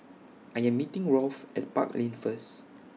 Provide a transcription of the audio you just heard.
I Am meeting Rolf At Park Lane First